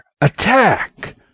attack